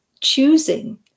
choosing